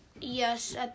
Yes